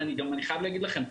אני חייב להגיד לכם,